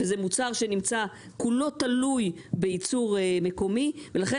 וזה מוצר שנמצא כולו תלוי בייצור מקומי ולכן